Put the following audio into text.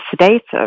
sedative